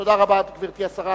תודה רבה, גברתי השרה.